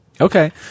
Okay